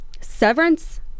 Severance